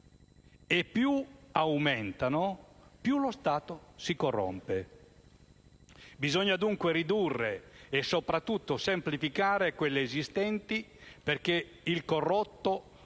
e aumentano, più lo Stato si corrompe. Bisogna dunque ridurre e soprattutto semplificare quelle esistenti, perché il corrotto, prima